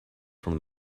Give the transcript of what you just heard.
from